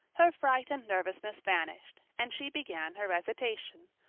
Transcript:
her fright and nervousness vanished and she began her recitation,